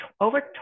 over